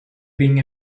being